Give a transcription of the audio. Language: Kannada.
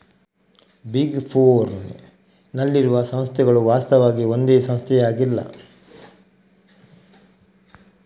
ಬಿಗ್ ಫೋರ್ನ್ ನಲ್ಲಿರುವ ಸಂಸ್ಥೆಗಳು ವಾಸ್ತವವಾಗಿ ಒಂದೇ ಸಂಸ್ಥೆಯಾಗಿಲ್ಲ